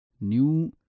New